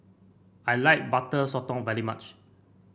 I like Butter Sotong very much